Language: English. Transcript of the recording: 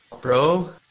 bro